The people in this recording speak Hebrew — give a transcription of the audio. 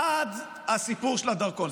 עד הסיפור של הדרכון.